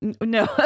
no